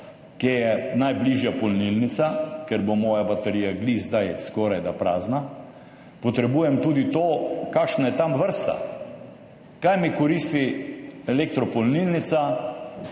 kje je najbližja polnilnica, ker bo moja baterija ravno zdaj skorajda prazna, potrebujem tudi to, kakšna je tam vrsta, kaj mi koristi elektro polnilnica